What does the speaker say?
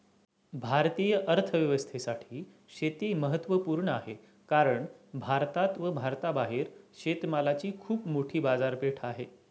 भारतीय अर्थव्यवस्थेसाठी शेती महत्वपूर्ण आहे कारण भारतात व भारताबाहेर शेतमालाची खूप मोठी बाजारपेठ आहे